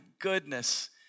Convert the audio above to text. goodness